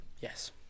Yes